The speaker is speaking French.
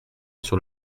sur